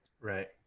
Right